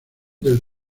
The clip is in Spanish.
del